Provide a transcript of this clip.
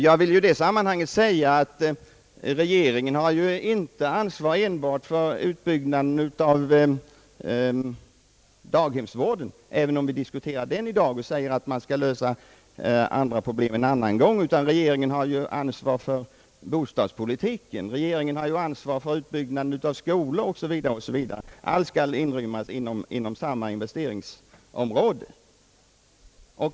Jag vill i detta sammanhang framhålla, att regeringen inte enbart har ansvar för utbyggnaden av daghemsvården — även om vi diskuterar den i dag och säger att vi skall lösa andra problem en annan gång — utan regeringen har ju även ansvar för bostadspolitiken, utbyggnaden av skolor osv. Allt skall inrymmas inom samma investeringsram.